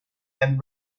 and